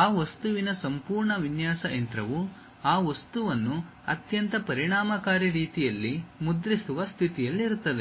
ಆ ವಸ್ತುವಿನ ಸಂಪೂರ್ಣ ವಿನ್ಯಾಸ ಯಂತ್ರವು ಆ ವಸ್ತುವನ್ನು ಅತ್ಯಂತ ಪರಿಣಾಮಕಾರಿ ರೀತಿಯಲ್ಲಿ ಮುದ್ರಿಸುವ ಸ್ಥಿತಿಯಲ್ಲಿರುತ್ತದೆ